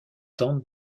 tente